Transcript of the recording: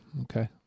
Okay